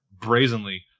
brazenly